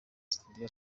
studio